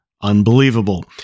Unbelievable